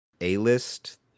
A-list